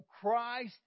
Christ